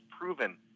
proven